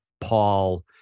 Paul